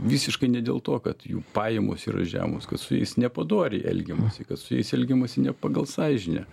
visiškai ne dėl to kad jų pajamos yra žemos kad su jais nepadoriai elgiamasi kad su jais elgiamasi ne pagal sąžinę